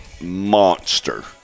Monster